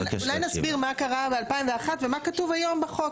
אולי נסביר מה קרה ב-2001 ומה כתוב היום בחוק.